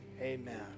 amen